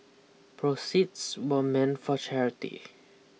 proceeds were meant for charity